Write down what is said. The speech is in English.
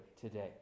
today